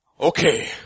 Okay